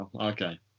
Okay